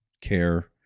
care